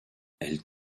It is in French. elle